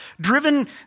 driven